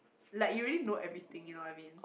like you already know everything you know what I mean